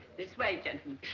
this way, gentlemen.